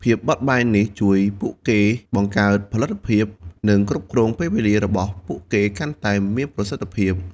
ភាពបត់បែននេះជួយពួកគេបង្កើនផលិតភាព និងគ្រប់គ្រងពេលវេលារបស់ពួកគេកាន់តែមានប្រសិទ្ធភាព។